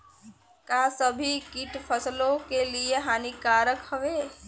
का सभी कीट फसलों के लिए हानिकारक हवें?